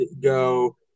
go